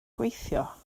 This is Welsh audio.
gweithio